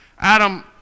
Adam